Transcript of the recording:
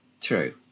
true